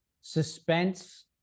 suspense